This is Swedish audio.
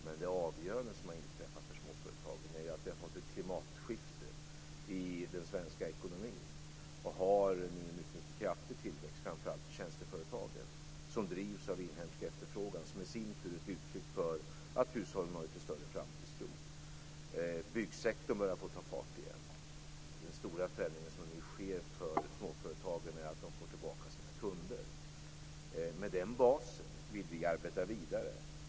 Men det avgörande som har inträffat för småföretagen är att vi har fått ett klimatskifte i den svenska ekonomin och nu har en mycket kraftig tillväxt, framför allt i tjänsteföretagen, som drivs av inhemsk efterfrågan, som i sin tur är ett uttryck för att hushållen har större framtidstro. Byggsektorn börjar ta fart igen. Den stora förändring som nu sker för småföretagen är att de får tillbaka sina kunder. Med den basen vill vi arbeta vidare.